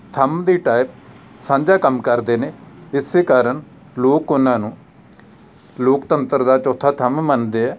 ਥੰਮ ਦੀ ਟਾਈਪ ਸਾਂਝਾ ਕੰਮ ਕਰਦੇ ਨੇ ਇਸੇ ਕਾਰਨ ਲੋਕ ਉਹਨਾਂ ਨੂੰ ਲੋਕਤੰਤਰ ਦਾ ਚੌਥਾ ਥੰਮ ਮੰਨਦੇ ਆ